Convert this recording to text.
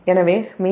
எனவே மீண்டும் 123